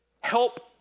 help